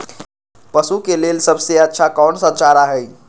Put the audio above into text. पशु के लेल सबसे अच्छा कौन सा चारा होई?